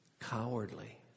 cowardly